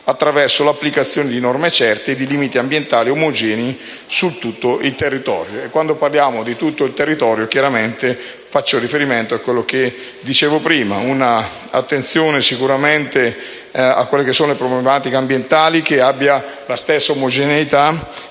attraverso l'applicazione di norme certe e limiti ambientali omogenei su tutto il territorio. E, quando parlo di tutto il territorio, chiaramente faccio riferimento a quanto dicevo prima: rivolgere un'attenzione alle problematiche ambientali che abbia la stessa omogeneità